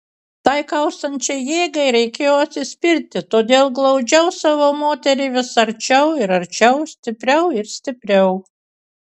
tai kaustančiai jėgai reikėjo atsispirti todėl glaudžiau savo moterį vis arčiau ir arčiau stipriau ir stipriau